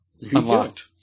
Unlocked